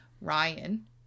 Ryan